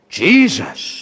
jesus